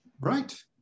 Right